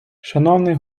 шановний